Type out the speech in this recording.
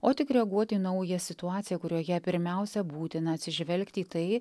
o tik reaguoti į naują situaciją kurioje pirmiausia būtina atsižvelgti į tai